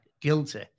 guilty